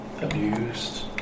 abused